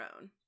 own